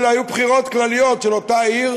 אלא היו בחירות כלליות של אותה עיר,